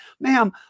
ma'am